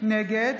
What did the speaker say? נגד